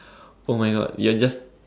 [oh]-my-God you are just